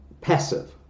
passive